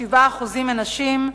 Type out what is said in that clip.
בשבדיה 47% הם נשים,